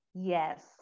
Yes